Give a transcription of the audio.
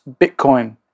Bitcoin